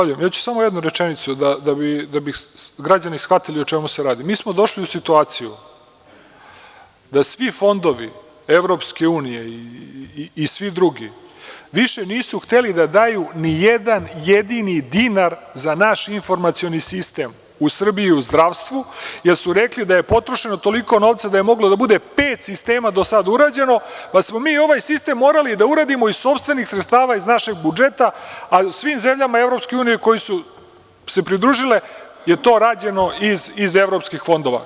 Ja ću samo jednu rečenicu da bi građani shvatili o čemu se radi, da svi fondovi EU i svi drugi, više nisu hteli da daju nijedan jedini dinar za naš informacioni sistem u Srbiji, u zdravstvu, jer su rekli da je potrošeno toliko novca, da je moglo da bude pet sistema do sada urađeno, da smo mi ovaj sistem morali da uradimo iz sopstvenih sredstava, iz našeg budžeta, a u svim zemljama EU koje su se pridružile, to je rađeno iz evropskih fondova.